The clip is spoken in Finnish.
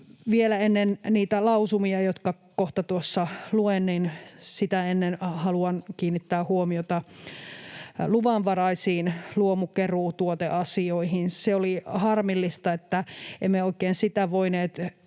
Vielä ennen niitä lausumia, jotka kohta tuossa luen, haluan kiinnittää huomiota luvanvaraisiin luomukeruutuoteasioihin. Se oli harmillista, että emme oikein niitä voineet